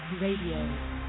Radio